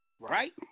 Right